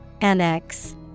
Annex